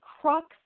crux